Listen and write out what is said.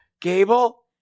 Gable